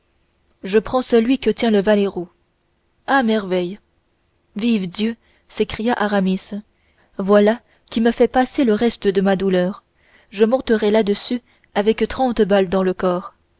je prends celui que tient le valet roux à merveille vive dieu s'écria aramis voilà qui me fait passer le reste de ma douleur je monterais là-dessus avec trente balles dans le corps